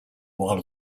while